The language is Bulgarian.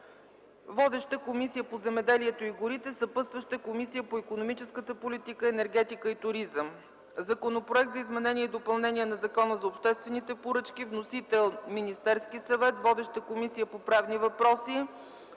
Водеща е Комисията по земеделието и горите, съпътстваща е Комисията по икономическата политика, енергетика и туризъм. Законопроект за изменение и допълнение на Закона за обществените поръчки. Вносител е Министерският съвет. Водеща е Комисията по правни въпроси.